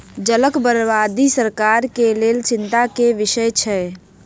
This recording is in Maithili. जलक बर्बादी सरकार के लेल चिंता के विषय छल